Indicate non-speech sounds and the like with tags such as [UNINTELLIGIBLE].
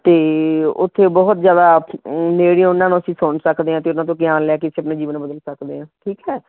ਅਤੇ ਉੱਥੇ ਉਹ ਬਹੁਤ ਜ਼ਿਆਦਾ [UNINTELLIGIBLE] ਨੇੜਿਓ ਉਨ੍ਹਾਂ ਨੂੰ ਅਸੀਂ ਸੁਣ ਸਕਦੇ ਹਾਂ ਅਤੇ ਉਨ੍ਹਾਂ ਤੋਂ ਗਿਆਨ ਲੈ ਕੇ ਅਸੀਂ ਆਪਣਾ ਜੀਵਨ ਬਦਲ ਸਕਦੇ ਹਾਂ ਠੀਕ ਹੈ